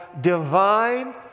divine